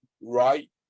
right